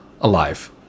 alive